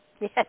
Yes